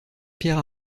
pierre